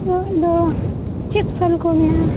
ᱚ ᱟᱫᱚ ᱪᱮᱫ ᱯᱷᱚᱞ ᱠᱚ ᱢᱮᱱᱟᱜᱼᱟ